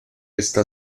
esta